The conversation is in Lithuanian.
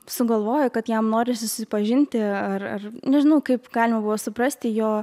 sugalvojo kad jam norisi susipažinti ar ar nežinau kaip galima buvo suprasti jo